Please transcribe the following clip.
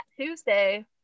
Tuesday